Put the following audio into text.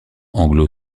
anglo